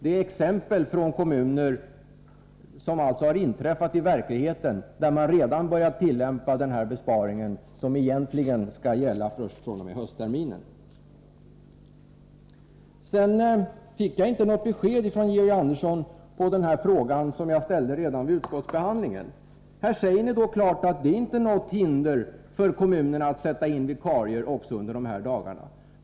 Detta är exempel på vad som har inträffat i verkligheten i vissa kommuner, där man redan har börjat tillämpa den här besparingen som egentligen skall gälla först fr.o.m. höstterminen. Jag fick inte något besked från Georg Andersson med anledning av den fråga som jag ställde redan vid utskottsbehandlingen. Ni säger att det inte föreligger något hinder för kommunerna att sätta in vikarier också under de ifrågavarande dagarna.